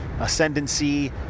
ascendancy